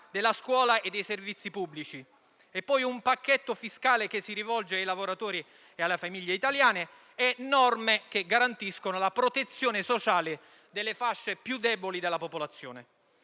della scuola e dei servizi pubblici, e poi un pacchetto fiscale che si rivolge ai lavoratori e alle famiglie italiane e norme che garantiscono la protezione sociale delle fasce più deboli della popolazione.